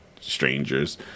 strangers